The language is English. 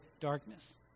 darkness